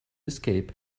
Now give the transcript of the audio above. escape